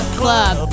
club